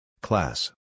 Class